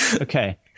Okay